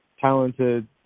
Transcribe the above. talented